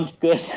good